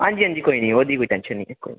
ठीक आंजी आंजी ओह्दी कोई टैंशन निं